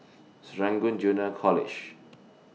Serangoon Junior College